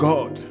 God